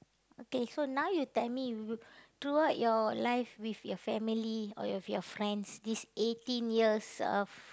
okay so now you tell me you throughout your life with your family or with your friends these eighteen years of